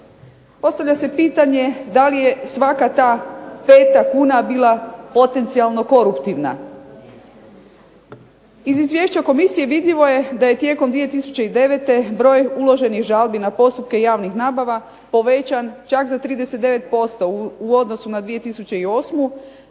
Postavlja se pitanje da li je svaka ta peta kuna bila potencijalno koruptivna? Iz izvješća komisije vidljivo je da je tijekom 2009. broj uloženih žalbi na postupke javnih nabava povećan čak za 39% u odnosu na 2008.